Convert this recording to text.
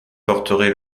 porterait